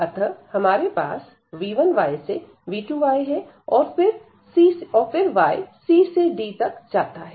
अतः हमारे पास v1y से v2y है और फिर y c से d तक जाता है